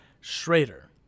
Schrader